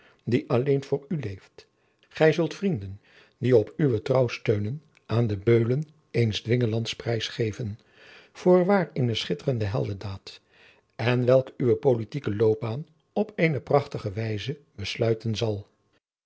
die alleen voor u leeft gij zult vrienden die op uwe trouw steunen aan de beulen eens dwingelands prijs geven voorwaar eene schitterende heldendaad en welke uwe politieke loopbaan op eene prachtige wijze besluiten zal